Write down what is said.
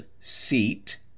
seat